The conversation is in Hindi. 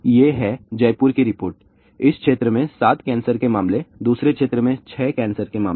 ये हैं जयपुर की रिपोर्ट एक क्षेत्र में 7 कैंसर के मामले दूसरे क्षेत्र में 6 कैंसर के मामले